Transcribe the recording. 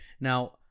Now